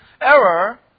error